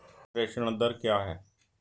प्रेषण दर क्या है?